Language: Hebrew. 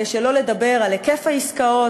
שלא לדבר על היקף העסקאות,